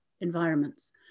environments